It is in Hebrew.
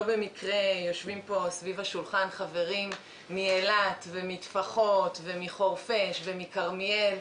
במקרה יושבים פה חברים מאילת ומטפחות ומחורפיש ומכרמיאל.